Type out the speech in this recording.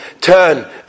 turn